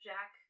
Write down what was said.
Jack